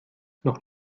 noch